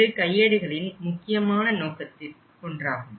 இது கையேடுகளின் முக்கியமான நோக்கத்தில் ஒன்றாகும்